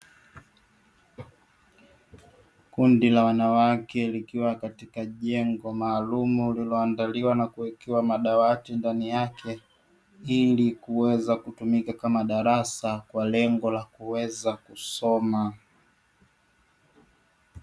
Kundi la wanawake likiwa katika jengo maalumu lililoandaliwa na kuwekewa madawati ndani, yake ili kuweza kutumika kama darasa kwa lengo la kuweza kusoma.